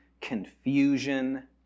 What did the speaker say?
confusion